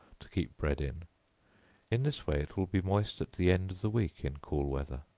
to keep bread in in this way, it will be moist at the end of the week in cool weather.